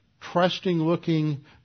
trusting-looking